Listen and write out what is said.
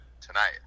tonight